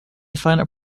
finite